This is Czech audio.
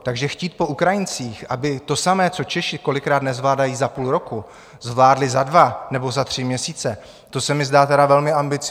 Takže chtít po Ukrajincích, aby to samé, co Češi kolikrát nezvládají za půl roku, zvládli za dva nebo za tři měsíce, to se mi zdá tedy velmi ambiciózní.